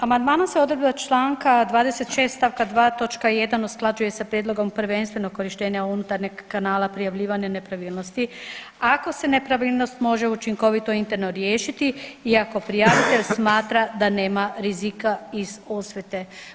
Amandmanom se odredba čl. 26. st. 2. točka 1 usklađuje s prijedlogom prvenstveno korištenja unutarnjeg kanala prijavljivanja nepravilnosti ako se nepravilnost može učinkovito interno riješiti i ako prijavitelj smatra da nema rizika iz osvete.